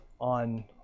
on